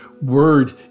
word